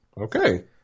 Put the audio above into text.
okay